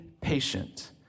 patient